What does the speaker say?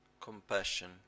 compassion